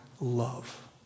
love